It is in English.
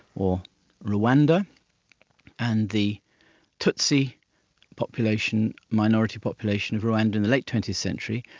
or rwanda and the tutsi population minority population of rwanda in the late twentieth century,